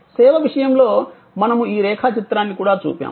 సేవ విషయంలో మనము ఈ రేఖాచిత్రాన్ని కూడా చూపాము